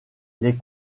des